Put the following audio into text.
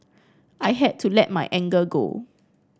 I had to let my anger go